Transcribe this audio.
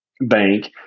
bank